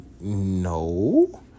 No